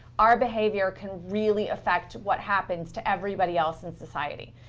our behavior can really affect what happens to everybody else in society.